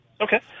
Okay